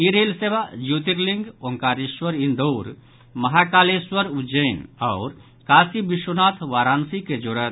ई rail सेवा ज्योतिर्लिंग ओंकारेश्वर इंदौर महाकालेश्वर उज्जैन आओर काशी विश्वनाथ वाराणसी के जोड़त